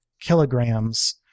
kilograms